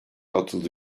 atıldı